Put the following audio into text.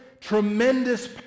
tremendous